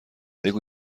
بگو